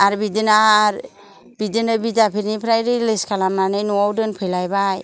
आरो बिदिनो आरो बिदिनो बिद्दाफिद निफ्राय रिलिस खालामनानै न'आव दोनफैलायबाय